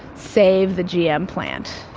save the gm plant.